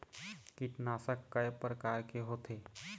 कीटनाशक कय प्रकार के होथे?